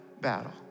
battle